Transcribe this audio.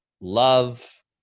love